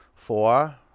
Four